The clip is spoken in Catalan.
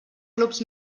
clubs